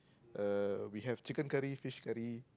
uh we have chicken curry fish curry